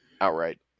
outright